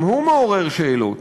גם הוא מעורר שאלות.